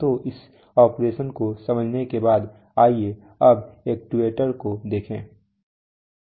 तो इस ऑपरेशन को समझने के बाद आइए अब एक्ट्यूएटर को देखें